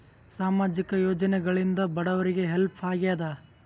ಸಾಮಾಜಿಕ ಯೋಜನೆಗಳಿಂದ ಬಡವರಿಗೆ ಹೆಲ್ಪ್ ಆಗ್ಯಾದ?